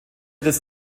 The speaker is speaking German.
des